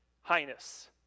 Highness